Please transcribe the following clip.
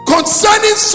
Concerning